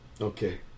Okay